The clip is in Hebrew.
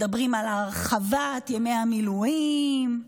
מדברים על הרחבת ימי המילואים.